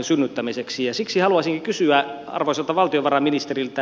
siksi haluaisinkin kysyä arvoisalta valtiovarainministeriltä